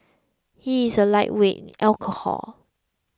he is a lightweight in alcohol